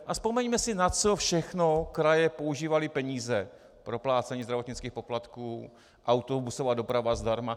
A vzpomeňme si, na co všechno kraje používaly peníze proplácení zdravotnických poplatků, autobusová doprava zdarma.